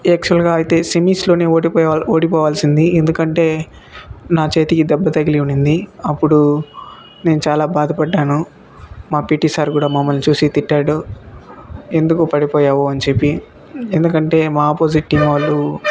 యాక్చువల్గా అయితే సెమిస్లో ఓడిపోయే ఓడిపోవాల్సింది ఎందుకంటే నా చేతికి దెబ్బ తగిలి ఉంది అప్పుడు నేను చాలా బాధ పడినాను మా పీటీ సార్ కూడా మమ్మలని చూసి తిట్టాడు ఎందుకు పడిపోయావు అని చెప్పి ఎందుకంటే మా అపోజిట్ టీమ్ వాళ్ళు